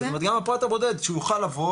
זאת אומרת גם הפרט הבודד שהוא יוכל לבוא